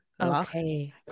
Okay